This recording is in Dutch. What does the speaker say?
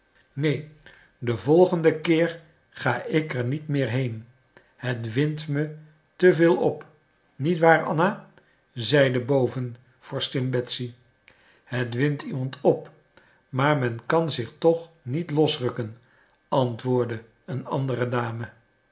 neen den volgenden keer ga ik er niet meer heen het windt me te veel op niet waar anna zeide boven vorstin betsy het windt iemand op maar men kan zich toch niet losrukken antwoordde een andere dame